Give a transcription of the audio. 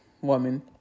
woman